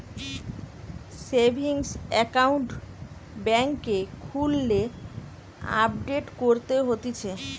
savings account বেংকে খুললে update করতে হতিছে